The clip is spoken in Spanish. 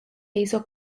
hizo